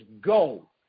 go